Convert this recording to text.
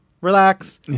relax